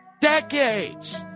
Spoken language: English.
Decades